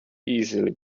easily